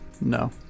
No